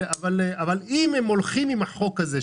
אבל אם הם הולכים עם הצעת החוק הזאת,